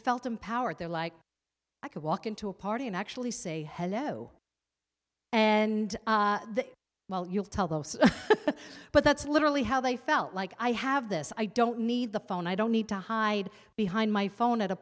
felt empowered they're like i could walk into a party and actually say hello and well you'll tell those but that's literally how they felt like i have this i don't need the phone i don't need to hide behind my phone at a